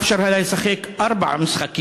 ואפשר היה לשחק ארבעה משחקים.